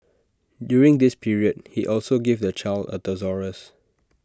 during this period he also gave the child A thesaurus